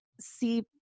see